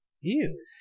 Ew